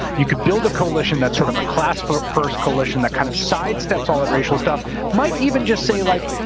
you could build a coalition that's sort of a class first coalition that kind of sidesteps all at racial stuff might even just say like,